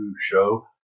show